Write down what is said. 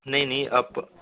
ਨਹੀਂ ਨਹੀਂ ਅੱਪ